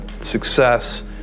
success